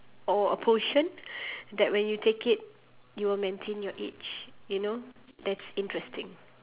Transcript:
or a potion that when you take it you will maintain your age you know that's interesting